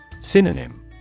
Synonym